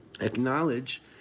acknowledge